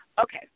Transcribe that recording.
Okay